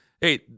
hey